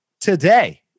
today